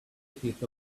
fifth